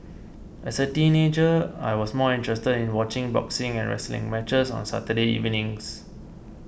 as a teenager I was more interested in watching boxing and wrestling matches on Saturday evenings